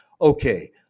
Okay